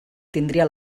tindria